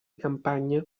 campagne